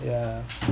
ya